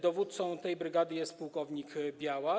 Dowódcą tej brygady jest płk Białas.